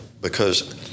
because-